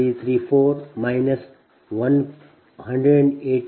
334 184